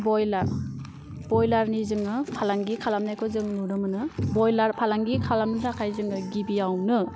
ब्रइलार ब्रइलारनि जोङो फालांगि खालामनायखौ जों नुनो मोनो ब्रइलार फालांगि खालामनो थाखाय जोङो गिबियावनो